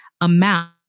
amount